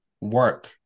Work